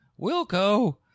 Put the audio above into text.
Wilco